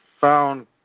found